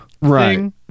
Right